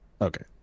Okay